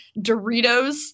doritos